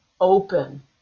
open